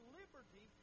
liberty